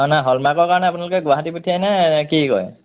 অ নাই হলমাৰ্কৰ কাৰণে আপোনালোকে গুৱাহাটী পঠিয়ায়নে নে কি কৰে